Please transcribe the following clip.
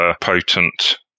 potent